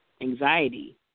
anxiety